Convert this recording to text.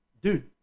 dude